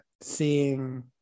seeing